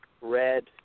red